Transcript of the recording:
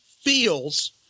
feels